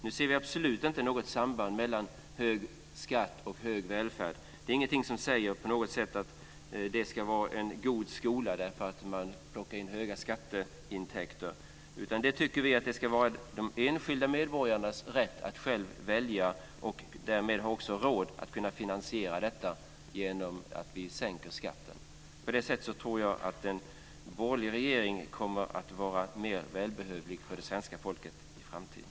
Vi ser absolut inget samband mellan hög skatt och hög välfärd. Det finns ingenting som på något säger att det blir en god skola därför att man plockar in höga skatteintäkter. Vi tycker att det ska vara de enskilda medborgarnas rätt att själva välja detta. De får också råd att finansiera det genom att vi sänker skatten. På det sättet tror jag att en borgerlig regering kommer att vara mer välbehövlig för det svenska folket i framtiden.